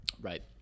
Right